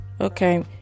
Okay